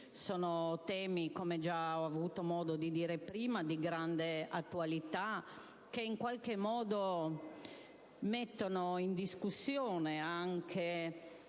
Sono temi - come ho già avuto modo di dire poc'anzi - di grande attualità, che in qualche modo mettono in discussione i